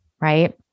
right